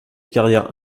carrière